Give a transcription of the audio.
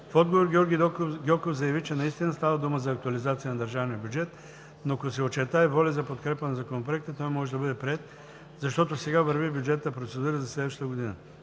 В отговор Георги Гьоков заяви, че наистина става дума за актуализация на държавния бюджет, но ако се очертае воля за подкрепа на Законопроекта, той може да бъде приет, защото сега върви бюджетната процедура за следващата година.